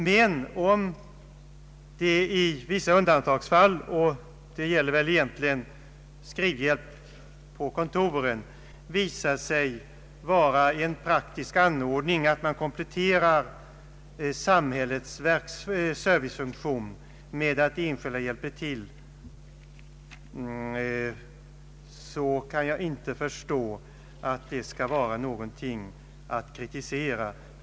Men om det i vissa undantagsfall — det gäller väl egentligen närmast skrivhjälp på kontor — har visat sig vara en praktisk anordning att komplettera samhällets servicefunktion med att enskilda hjälper till, kan jag inte förstå att det kan vara berättigat att kritisera en sådan ordning.